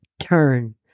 turn